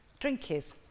Drinkies